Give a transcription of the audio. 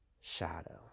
shadow